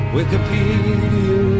Wikipedia